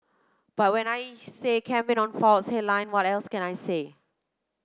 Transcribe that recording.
but when I campaign on faults headline what else can I say